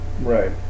Right